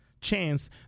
chance